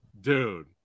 Dude